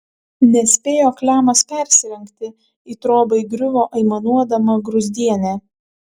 nespėjo klemas persirengti į trobą įgriuvo aimanuodama gruzdienė